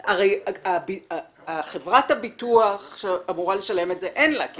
הרי חברת הביטוח שאמורה לשלם את זה אין לה את זה,